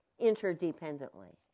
interdependently